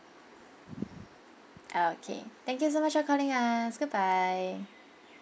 okay thank you so much for calling us goodbye